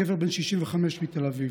גבר בן 65 מתל אביב.